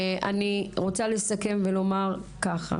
אני רוצה לסכם ולומר ככה.